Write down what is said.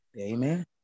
Amen